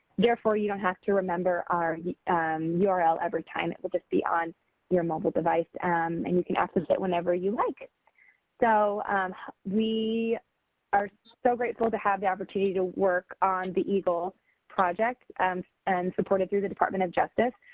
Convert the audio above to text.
therefore you don't have to remember our you know url every time and it'll just be on your mobile device and you can access it whenever you like. so we are so grateful to have the opportunity to work on the eagle project and and supported through the department of justice.